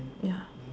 ya